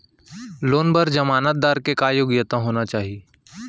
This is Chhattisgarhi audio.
लोन बर जमानतदार के का योग्यता होना चाही?